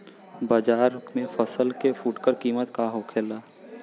बाजार में फसल के फुटकर कीमत का होखेला?